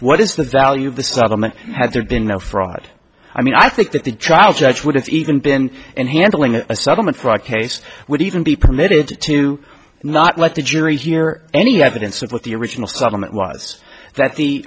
what is the value of the settlement had there been no fraud i mean i think that the trial judge wouldn't even been in handling a settlement fraud case would even be permitted to not let the jury hear any evidence of what the original supplement was that the